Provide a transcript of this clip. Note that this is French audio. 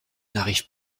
n’arrive